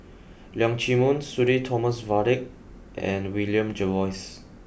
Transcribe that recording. Leong Chee Mun Sudhir Thomas Vadaketh and William Jervois